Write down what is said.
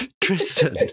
Tristan